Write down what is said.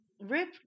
Rip